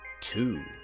two